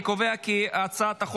אני קובע כי סעיפים